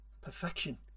perfection